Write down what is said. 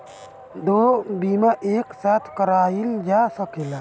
दो बीमा एक साथ करवाईल जा सकेला?